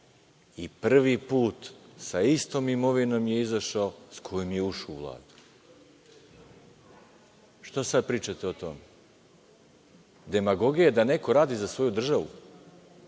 i prvi put sa istom imovinom je izašao sa kojom je ušao u Vladu. Što sada pričate o tome? Demagogija je da neko radi za svoju državu?